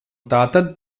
tātad